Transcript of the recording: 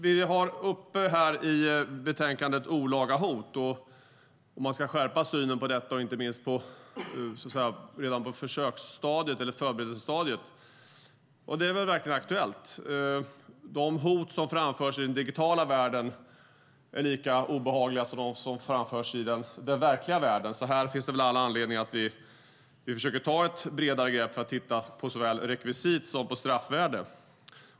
Vi har olaga hot uppe i betänkandet. Det gäller om man ska skärpa synen på detta, inte minst redan på förberedelsestadiet. Det är väl verkligen aktuellt. De hot som framförs i den digitala världen är lika obehagliga som dem som framförs i den verkliga världen, så här finns det väl all anledning att försöka ta ett bredare grepp för att titta på såväl rekvisit som straffvärde.